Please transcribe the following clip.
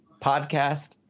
podcast